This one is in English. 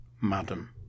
madam